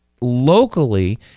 locally